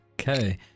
Okay